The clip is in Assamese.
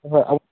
হয় আৰু